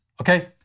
okay